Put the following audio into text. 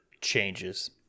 changes